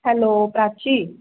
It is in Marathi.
हॅलो प्राची